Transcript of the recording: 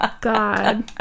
God